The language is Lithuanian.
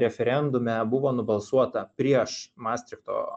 referendume buvo nubalsuota prieš mastrichto